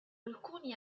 alcuni